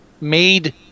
made